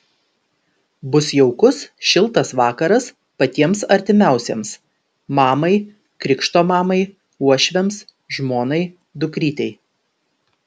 bus jaukus šiltas vakaras patiems artimiausiems mamai krikšto mamai uošviams žmonai dukrytei